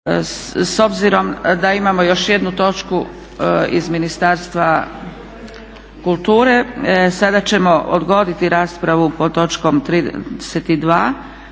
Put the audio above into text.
S obzirom da imamo još jednu točku iz Ministarstva kulture, sada ćemo odgoditi raspravu pod točkom 32.pa